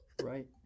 Right